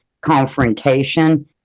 confrontation